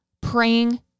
praying